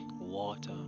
water